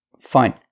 fine